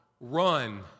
run